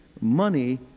Money